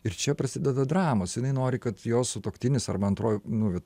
ir čia prasideda dramos jinai nori kad jos sutuoktinis arba antroji nu